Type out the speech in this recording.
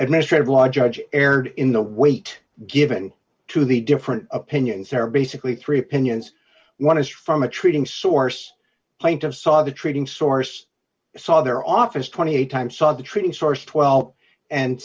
administrative law judge erred in the weight given to the different opinions there are basically three opinions one is from a treating source point of saw the treating source saw their office twenty eight times saw the treating source twelve and